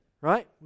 right